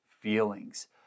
feelings